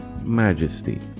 majesty